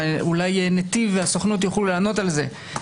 ואולי נתיב והסוכנות יוכלו לענות על זה.